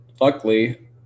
luckily